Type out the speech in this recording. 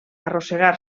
arrossegar